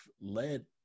led